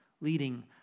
leading